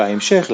בהמשך,